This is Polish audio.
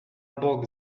bok